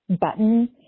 button